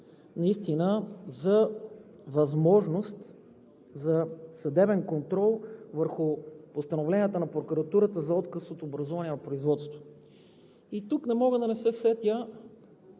за възможност за съдебен контрол върху постановленията на Прокуратурата за отказ от образуване на производство. И тук не мога да не се сетя